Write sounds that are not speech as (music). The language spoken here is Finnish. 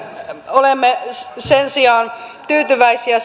olemme sen sijaan tyytyväisiä (unintelligible)